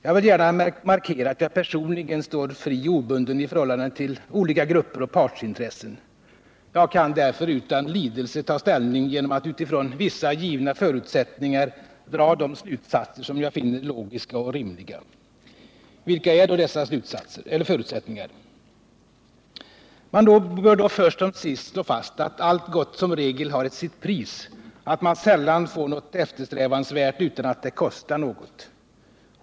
Jag vill gärna markera att jag personligen står fri och obunden i förhållande till olika grupper och partsintressen. Jag kan därför utan lidelse ta ställning genom att utifrån vissa givna förutsättningar dra de slutsatser som jag finner logiska och rimliga. Vilka är då dessa förutsättningar? Man bör då först som sist slå fast, att allt gott som regel har sitt pris, att man sällan får något eftersträvansvärt utan att det kostar något.